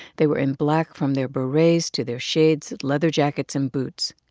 they were in black from their berets to their shades, leather jackets and boots.